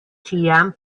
ĉiam